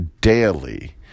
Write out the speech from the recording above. daily